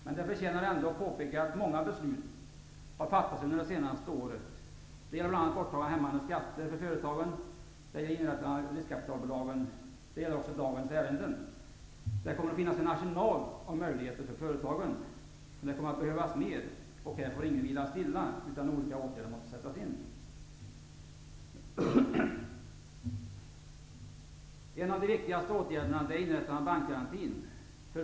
Men det förtjänar ändå att påpekas att många beslut har fattats under det senaste året. Det gäller bl.a. borttagande av hämmande skatter för företagen, det gäller inrättandet av riskkapitalbolagen och det gäller dagens ärende. Det kommer nu att finnas en arsenal av möjligheter för företagen, men det kommer också att behövas mer härav. Vi får inte ligga stilla i detta sammanhang, utan olika åtgärder måste sättas in. En av de viktigaste åtgärderna är inrättandet av bankgarantin.